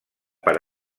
per